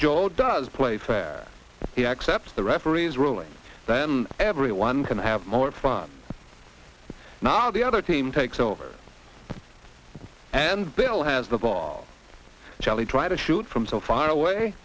joe does play fair he accepts the referees ruling then everyone can have more fun now the other team takes over and bill has the ball jelly try to shoot from so far away